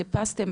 חיפשתם?